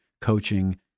coaching